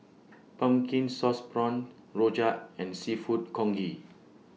Pumpkin Sauce Prawns Rojak and Seafood Congee